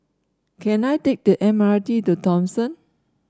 can I take the M R T to Thomson